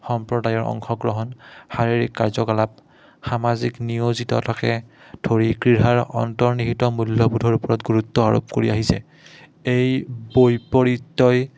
সম্প্ৰদায়ৰ অংশগ্ৰহণ শাৰীৰিক কাৰ্যকলাপ সামাজিক নিয়োজিত থাকে ধৰি ক্ৰীড়াৰ অন্তৰ্নিহিত মূল্যবোধৰ ওপৰত গুৰুত্ব আৰোপ কৰি আহিছে এই বৈপৰীতই